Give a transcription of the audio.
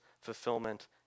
fulfillment